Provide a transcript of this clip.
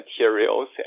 materials